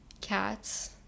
Cats